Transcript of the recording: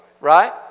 right